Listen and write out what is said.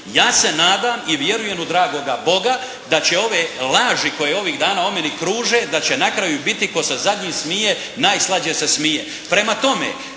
Ja se nadam i vjerujem u dragoga Boga da će ove laži koje ovih dana o meni kruže da će na kraju biti "tko se zadnji smije najslađe se smije".